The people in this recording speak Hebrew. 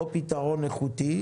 לא פתרון איכותי,